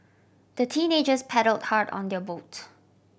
the teenagers paddled hard on their boat